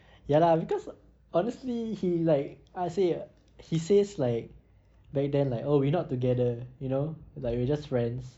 ya lah because honestly he like how to say say uh he says like back then like oh we're not together you know like we're just friends